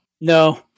No